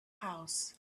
house